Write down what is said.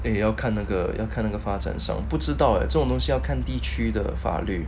then 你要看那个要开那个发展商不知道知道这种东西要看地区的法律